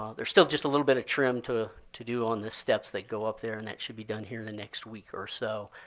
there's still just a little bit of trim to to do on the steps that go up there and that should be done here the next week or so.